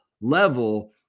level